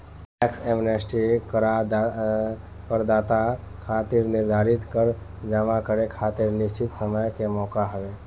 tax amnesty करदाता खातिर निर्धारित कर जमा करे खातिर निश्चित समय के मौका हवे